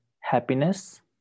happiness